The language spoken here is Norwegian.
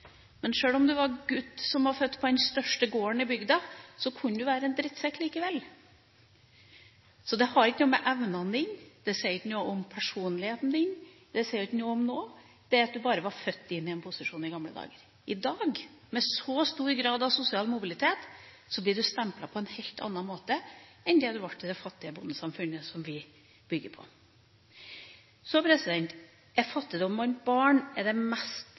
på den største gården i bygda, kunne han jo være en drittsekk likevel. Så det har ikke noe å gjøre med evnene dine, det sier ikke noe om personligheten din – det sier ikke noe om noe, det at man bare var født inn i en posisjon i gamle dager. I dag, med så stor grad av sosial mobilitet, blir man stemplet på en helt annen måte enn det man ble i det fattige bondesamfunnet som vi bygger på. Fattigdom blant barn er det mest